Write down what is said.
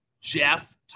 Jeff